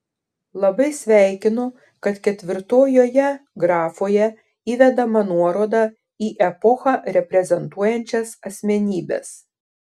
labai sveikinu kad ketvirtojoje grafoje įvedama nuoroda į epochą reprezentuojančias asmenybes